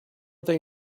they